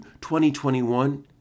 2021